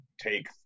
take